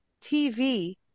TV